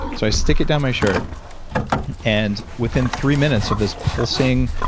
so i stick it down my shirt and within three minutes of this pulsing.